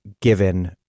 given